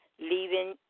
leaving